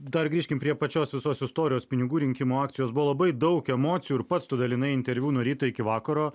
dar grįžkim prie pačios visos istorijos pinigų rinkimo akcijos buvo labai daug emocijų ir pats tu dalinai interviu nuo ryto iki vakaro